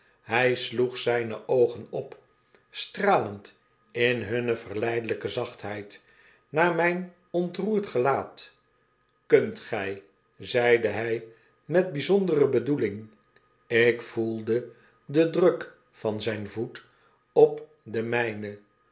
hy sloeg zyne oogen op stralend in hunne verleidelyke zachtheid naar l iyn ontroerd gelaat kunt gy zeide hy met byzondere bedoeling ik voolde den druk van zyn voet op den mijnen